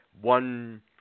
one